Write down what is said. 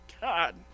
God